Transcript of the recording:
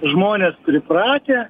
žmonės pripratę